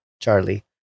Charlie